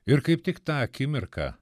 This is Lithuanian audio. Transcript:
ir kaip tik tą akimirką